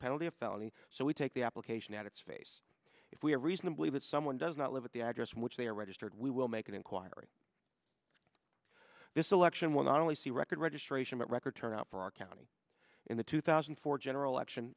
penalty of felony so we take the application at its face if we are reasonably fit someone does not live at the address from which they are registered we will make an inquiry this election will not only see record registration but record turnout for our county in the two thousand and four general election